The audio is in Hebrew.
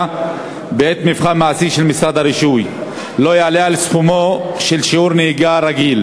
בעת מבחן מעשי של משרד הרישוי לא יעלה על סכומו של שיעור נהיגה רגיל.